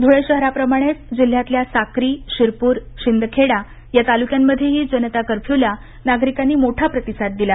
ध्रळे शहराप्रमाणंच जिल्ह्यातल्या साक्री शिरपूर शिंदखेडा तालुक्यामध्येही जनता कर्फ्युला नागरिकांनी मोठा प्रतिसाद दिला